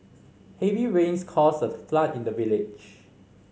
heavy rains caused a flood in the village